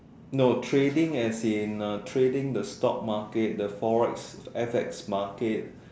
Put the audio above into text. no trading as in uh trading the stock market the Forex F_X market